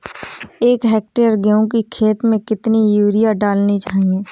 एक हेक्टेयर गेहूँ की खेत में कितनी यूरिया डालनी चाहिए?